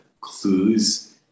clues